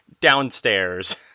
downstairs